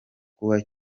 kuba